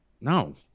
No